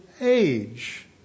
age